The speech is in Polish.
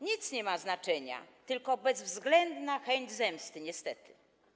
Nic nie ma znaczenia, tylko bezwzględna chęć zemsty, niestety.